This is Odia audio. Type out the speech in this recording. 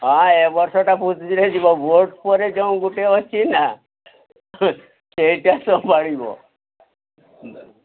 ହଁ ଏ ବର୍ଷଟା ଭୋଜିରେ ଯିବ ଭୋଟ୍ ପରେ ଯେଉଁ ଗୋଟେ ଅଛି ନା ସେଇଟା ସମ୍ଭାଳିବ